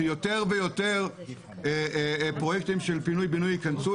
שיותר ויותר פרויקטים של פינוי בינוי ייכנסו